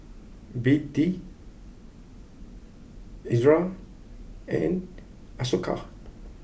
B D Ezerra and Isocal